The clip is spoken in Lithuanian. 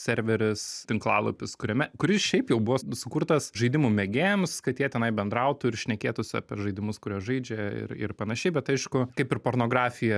serveris tinklalūpis kuriame kuris šiaip jau buvo sukurtas žaidimų mėgėjams kad jie tenai bendrautų ir šnekėtųsi apie žaidimus kuriuos žaidžia ir ir panašiai bet aišku kaip ir pornografija